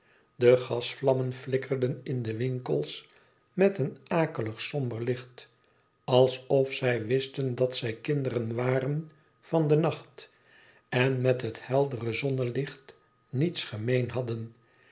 de gasvlammen flikkerden in de winkels met een akelig somber licht alsof zij wisten dat zij kinderen waren van den nacht en met het heldere zonnelicht niets gemeen hadden